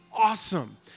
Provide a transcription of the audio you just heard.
awesome